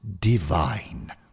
divine